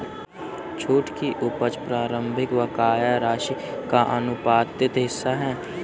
छूट की उपज प्रारंभिक बकाया राशि का आनुपातिक हिस्सा है